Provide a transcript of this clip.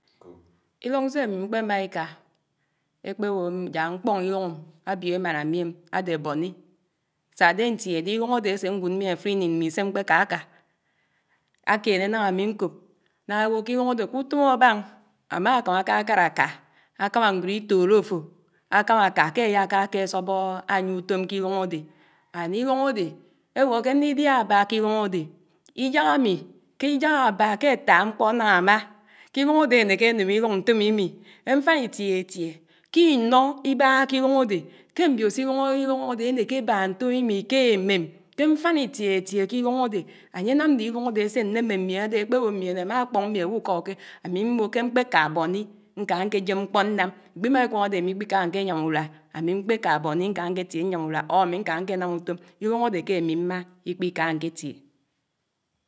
. Ícùñ sè ámì mkoémà ìká èxpèwò ják mkpóñ íwn’m ábIó émàná ámí ém ádé Bonni, sádé ántíehédé írùñ ádé ásé ñgùd ñyIén áfud íní mmí sé mkpé káká ákéné náhá ámì nkòb nnábá éwó k ́ìruñ ádé k ́útòm ábán, ámákáb ákákárá áká, ákámá ñgwéd ìtòrò áfò ákámá áká, ké áyá káké ásóbóóó ànyìé ùtòm k íLuñ ádé, and ìLuñ ádé éwó ké nnídIá ábá k’ ìruñ ádé. íJák ámì, k’ IJák áábá ké átá mkpó náná ámá, k’ íruñ ádé ánéké áném ìruñ ntoòmìmì ké mfáná ìtIénétIé, k’ ínó ìbáhá k’ íruñ ádé, ké mbIò sìruñ ìruñ ádé énéké ébà ntòmìmì ké émém, ké mfana ìtIéhétié k’ ìruñ ádé, áyénwm ná ìruñ ádé ásé ánémé mmIéñ ádé Ékpéwò mmIéñ ámákpón mì áwùká ùké, ámì mmó ké mkpéká Bonni ká npkejém mkpó nám, mkpìmákám ákpédé ámìká nké yám ùrùá, ámí nké nám ùtòm, íruñ ádé ké ámI mmá íkpíká ñkétIé